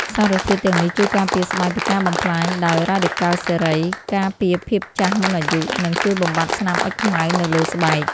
សារធាតុទាំងនេះជួយការពារស្បែកពីការបំផ្លាញដោយរ៉ាឌីកាល់សេរី ការពារភាពចាស់មុនអាយុ និងជួយបំបាត់ស្នាមអុចខ្មៅនៅលើស្បែក។